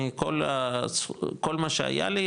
אני כל מה שהיה לי,